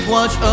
Watch